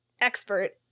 expert